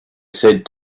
said